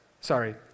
sorry